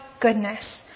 goodness